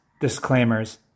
disclaimers